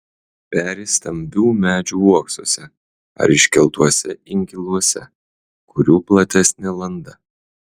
peri stambių medžių uoksuose ar iškeltuose inkiluose kurių platesnė landa